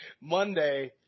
Monday